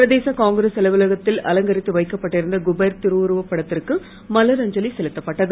பிரதேச Congress அலுவலகத்தில் அலங்கரித்து வைக்கப்பட்டிருந்த குபேர் திருவுருவப்படத்திற்கு மலர் அஞ்சலி செலுத்தப்பட்டது